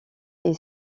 est